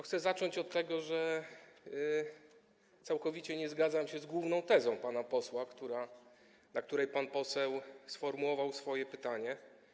Chcę zacząć od tego, że całkowicie nie zgadzam się z główną tezą pana posła, na której pan poseł oparł swoje pytanie.